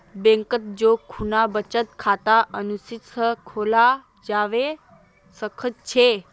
बैंकत जै खुना बचत खाता आसानी स खोलाल जाबा सखछेक